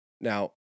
Now